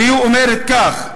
שאומרת כך: